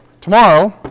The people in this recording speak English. Tomorrow